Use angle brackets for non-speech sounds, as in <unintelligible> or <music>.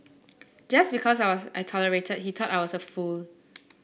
just because <unintelligible> I tolerated he thought I was a fool